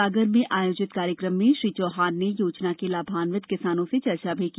सागर में आयोजित कार्यक्रम में श्री चौहान ने योजना के लाभान्वित किसानों से चर्चा भी की